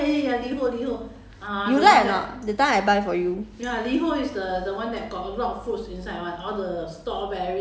什么不是 lah 那个是 Liho 是吗 you like or not that time I buy for you